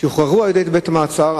שוחררו על-ידי בית-המעצר,